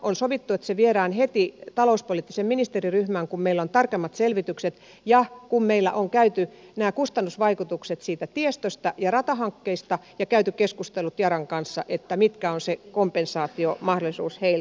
on sovittu että se viedään heti talouspoliittiseen ministeriryhmään kun meillä on tarkemmat selvitykset ja kun meillä on käyty läpi nämä kustannusvaikutukset siitä tiestöstä ja ratahankkeista ja käyty keskustelut yaran kanssa siitä mikä on se kompensaatiomahdollisuus heiltä